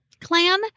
clan